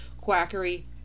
quackery